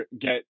get